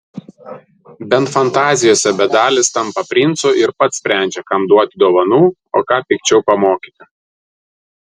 bent fantazijose bedalis tampa princu ir pats sprendžia kam duoti dovanų o ką pikčiau pamokyti